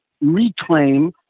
reclaim